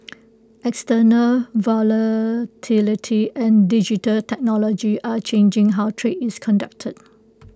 external volatility and digital technology are changing how trade is conducted